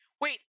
wait